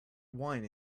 wine